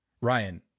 Ryan